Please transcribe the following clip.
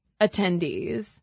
attendees